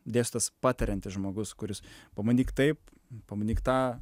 ėstytojas patariantis žmogus kuris pabandyk taip pabandyk tą